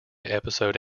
episode